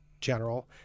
general